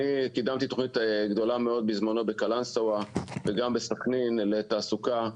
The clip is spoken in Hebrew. אני קידמתי תוכנית גדולה מאוד בזמנו בקלנסואה וגם בסכנין לתעסוקה.